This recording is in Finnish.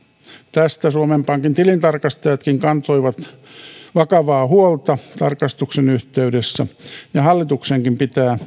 tästä suomen pankin tilintarkastajatkin kantoivat vakavaa huolta tarkastuksen yhteydessä ja hallituksenkin pitää